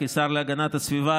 השר להגנת הסביבה,